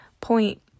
point